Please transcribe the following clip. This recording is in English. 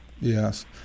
Yes